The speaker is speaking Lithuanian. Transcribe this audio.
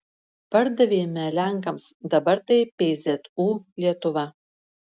pardavėme lenkams dabar tai pzu lietuva